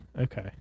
okay